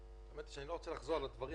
אני לא רוצה לחזור על הדברים,